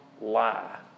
lie